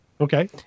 Okay